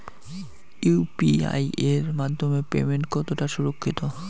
UPI এর মাধ্যমে payment কতটা সুরক্ষিত?